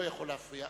הוא לא יכול להפריע.